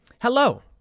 Hello